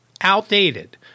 Outdated